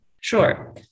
Sure